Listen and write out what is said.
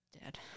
dead